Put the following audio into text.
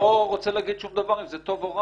לא רוצה להגיד שום דבר אם זה טוב או רע,